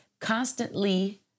constantly